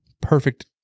perfect